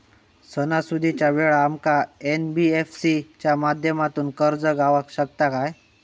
सणासुदीच्या वेळा आमका एन.बी.एफ.सी च्या माध्यमातून कर्ज गावात शकता काय?